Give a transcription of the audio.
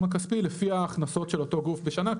הכספי לפי ההכנסות של אותו גוף בשנה,